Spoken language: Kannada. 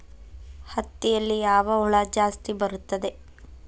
ಹತ್ತಿಯಲ್ಲಿ ಯಾವ ಹುಳ ಜಾಸ್ತಿ ಬರುತ್ತದೆ?